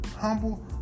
humble